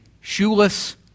shoeless